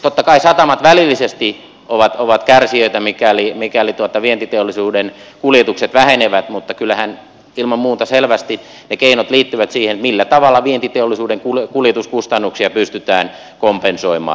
totta kai satamat välillisesti ovat kärsijöitä mikäli vientiteollisuuden kuljetukset vähenevät mutta kyllähän ilman muuta selvästi ne keinot liittyvät siihen millä tavalla vientiteollisuuden kuljetuskustannuksia pystytään kompensoimaan